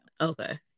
Okay